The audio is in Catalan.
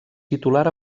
titular